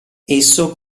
esso